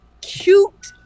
cute